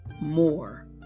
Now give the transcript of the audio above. more